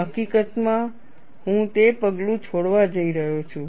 હકીકતમાં હું તે પગલું છોડવા જઈ રહ્યો છું